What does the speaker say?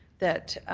that